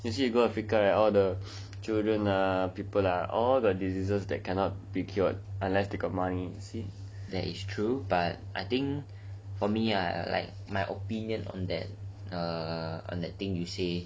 you see you go africa ah all the children ah people ah all the diseases that cannot be cured unless you got money ah see